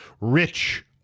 Rich